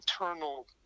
internal